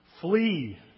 Flee